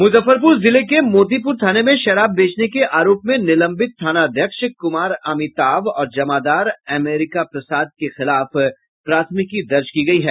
मुजफ्फरपुर जिले के मोतीपुर थाने में शराब बेचने के आरोप में निलंबित थानाध्यक्ष कुमार अमिताभ और जमादार अमेरीका प्रसाद के खिलाफ प्राथमिकी दर्ज की गयी है